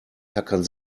tackern